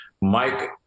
Mike